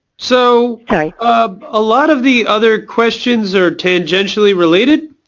so so a um ah lot of the other questions are tangentially related.